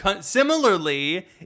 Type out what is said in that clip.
similarly